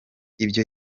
ibyo